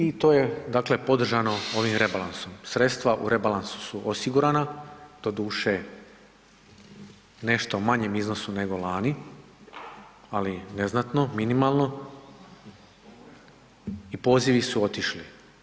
I to je dakle podržano ovim rebalansom, sredstva u rebalansu su osigurana, doduše, nešto manjem iznosu nego lani, ali neznatno i minimalno i pozivi su otišli.